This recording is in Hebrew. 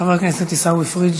חבר הכנסת עיסאווי פריג'